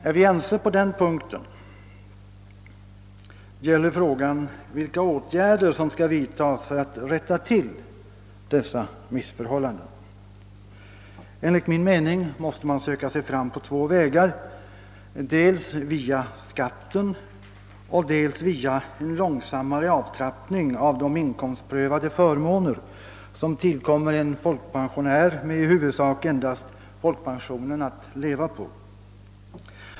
Är vi ense på denna punkt gäller frågan vilka åtgärder som skall vidtas för att rätta till dessa missförhållanden. Enligt min mening måste man söka sig fram på två vägar: dels via skatten, dels via en långsammare avtrappning av de inkomstprövade förmåner som tillkommer en folkpensionär med i huvudsak endast folkpensionen att leva på.